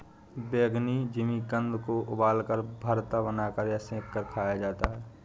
बैंगनी जिमीकंद को उबालकर, भरता बनाकर या सेंक कर खाया जा सकता है